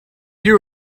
you